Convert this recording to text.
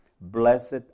Blessed